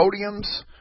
podiums